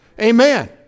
Amen